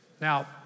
Now